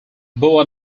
boa